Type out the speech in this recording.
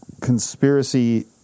conspiracy